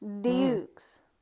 Dukes